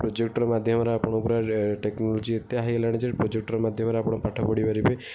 projector ମାଧ୍ୟମରେ ଆପଣ technology ଏତେ ହାଇ ହୋଇଗଲାଣି ଯେ ପ୍ରୋଜେକ୍ଟର୍ ମାଧ୍ୟମରେ ଆପଣ ପାଠ ପଢ଼ିପାରିବେ